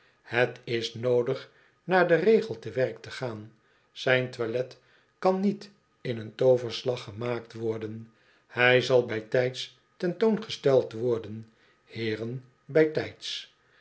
het is noodig naar den regel te werk te gaan zijn toilet kan niet in een tooverslag gemaakt worden hij zal bijtijds ten toon gesteld worden heeren bijtyds